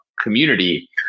community